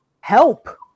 help